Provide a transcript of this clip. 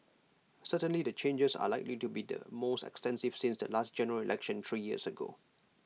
certainly the changes are likely to be the most extensive since the last General Election three years ago